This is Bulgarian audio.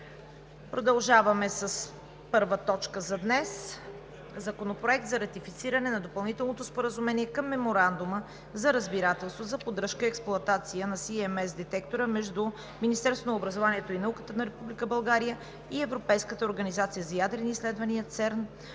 ДАМЯНОВА: „ДОКЛАД относно Законопроект за ратифициране на Допълнителното споразумение към Меморандума за разбирателство за поддръжка и експлоатация на CMS детектора между Министерството на образованието и науката на Република България и Европейската организация за ядрени изследвания (ЦЕРН)